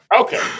Okay